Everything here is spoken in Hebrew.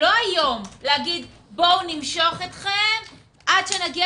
לא היום להגיד בואו נמשוך אתכם על נקודה